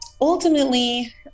ultimately